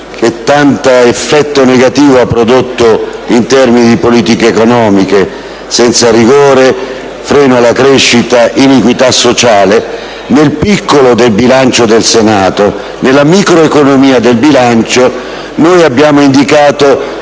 che tanto effetto negativo hanno prodotto in termini di politiche economiche: niente rigore, freno alla crescita, iniquità sociale - nel piccolo del bilancio del Senato, nella microeconomia del bilancio, abbiamo indicato